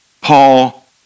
Paul